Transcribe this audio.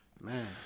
Man